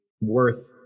worth